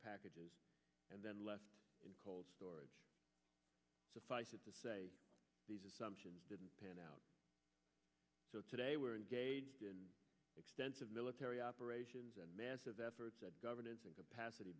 packages and then left in cold storage suffice it to say these assumptions didn't pan out so today we're engaged in extensive military operations and massive efforts at governance and capacity